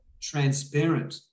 transparent